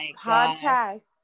podcast